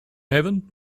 haven